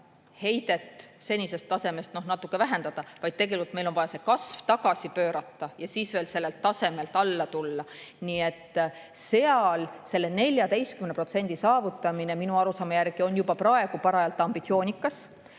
heidet senisest tasemest natuke vähendada, vaid meil on vaja see kasv tagasi pöörata ja siis sellelt tasemelt veel alla tulla. Nii et seal on selle 14% saavutamine minu arusaama järgi juba praegu parajalt ambitsioonikas.